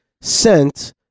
sent